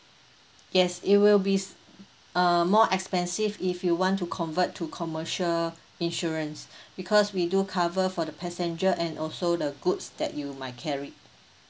yes it will be uh more expensive if you want to convert to commercial insurance because we do cover for the passenger and also the goods that you might carry